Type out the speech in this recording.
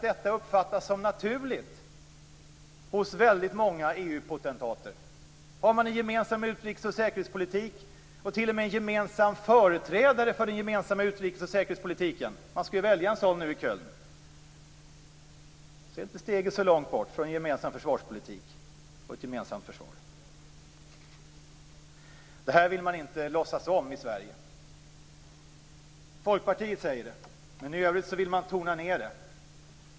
Detta uppfattas som naturligt hos väldigt många EU-potentater. Har man en gemensam utrikesoch säkerhetspolitik och t.o.m. en gemensam företrädare för den gemensamma utrikes och säkerhetspolitiken - man skall ju välja en sådan nu i Köln - är inte steget så långt bort från en gemensam försvarspolitik och ett gemensamt försvar. Detta vill man inte låtsas om i Sverige. Folkpartiet säger det, men i övrigt vill man tona ned det.